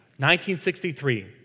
1963